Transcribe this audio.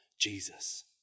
Jesus